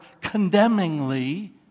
condemningly